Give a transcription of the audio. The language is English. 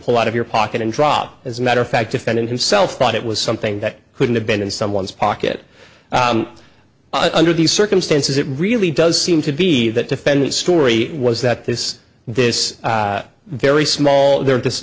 pull out of your pocket and drop as a matter of fact defendant himself thought it was something that couldn't have been in someone's pocket under these circumstances it really does seem to be that defendant story was that this this very small there to this